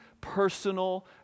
personal